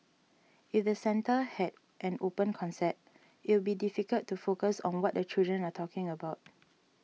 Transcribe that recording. if the centre had an open concept you will be difficult to focus on what the children are talking about